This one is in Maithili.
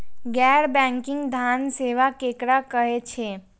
गैर बैंकिंग धान सेवा केकरा कहे छे?